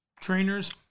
trainers